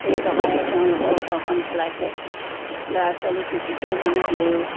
সেই টকাৰে তেওঁলোকৰ ঘৰখন চলাইছে ল'ৰা ছোৱালী কিছু পৰিমাণে হ'লেও